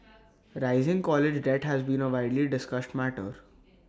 rising college debt has been A widely discussed matter